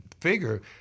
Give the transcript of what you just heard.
figure